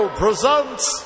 presents